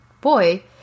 boy